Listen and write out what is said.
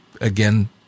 Again